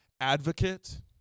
advocate